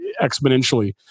exponentially